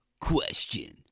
Question